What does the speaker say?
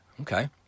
Okay